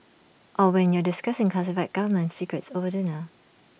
or when you're discussing classified government secrets over dinner